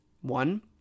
One